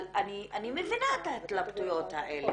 אני מבינה את ההתלבטויות האלה.